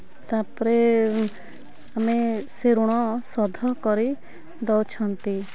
ତା'ପରେ ଆମେ ସେ ଋଣ ଶୋଧ କରି ଦେଉଛନ୍ତି